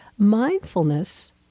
mindfulness